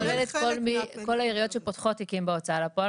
זה כולל את כל העיריות שפותחות תיקים בהוצאה לפועל.